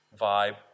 vibe